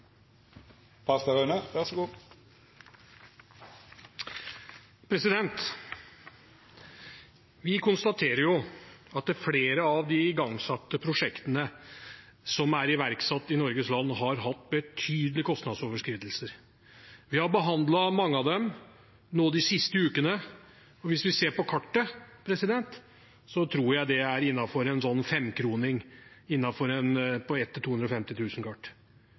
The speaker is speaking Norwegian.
iverksatt i Norges land, har hatt betydelige kostnadsoverskridelser. Vi har behandlet mange av dem nå de siste ukene, og hvis vi ser på kartet, tror jeg det er innenfor en femkroning på et 1:250 000 kart.